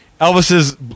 Elvis's